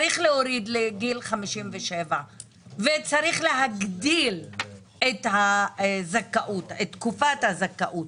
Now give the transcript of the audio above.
צריך להוריד לגיל 57 וצריך להגדיל את תקופת הזכאות.